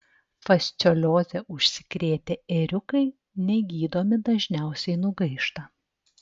fasciolioze užsikrėtę ėriukai negydomi dažniausiai nugaišta